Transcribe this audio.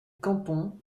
canton